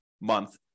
month